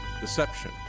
deception